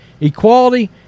equality